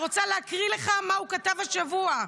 אני רוצה להקריא לך מה הוא כתב השבוע.